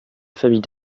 famille